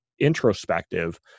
introspective